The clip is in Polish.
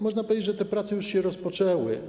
Można powiedzieć, że te prace już się rozpoczęły.